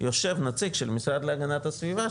יושב נציג של המשרד להגנת הסביבה,